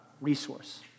Resource